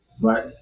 Right